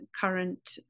current